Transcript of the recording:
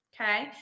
Okay